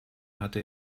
hatte